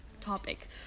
topic